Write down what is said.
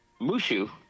Mushu